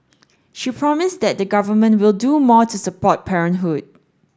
she promised that the Government will do more to support parenthood